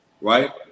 Right